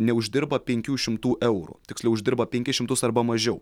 neuždirba penkių šimtų eurų tiksliau uždirba penkis šimtus arba mažiau